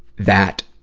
that